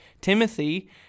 Timothy